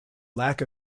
lack